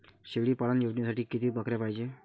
शेळी पालन योजनेसाठी किती बकऱ्या पायजे?